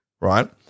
Right